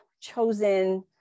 chosen